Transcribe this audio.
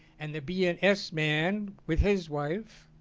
and the b. and s. man with his wife.